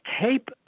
tape